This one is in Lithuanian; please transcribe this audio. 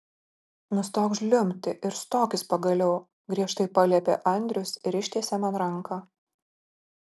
nustok žliumbti ir stokis pagaliau griežtai paliepė andrius ir ištiesė man ranką